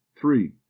Three